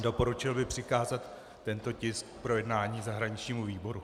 Doporučil bych přikázat tento tisk k projednání zahraničnímu výboru.